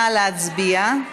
נא להצביע.